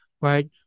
Right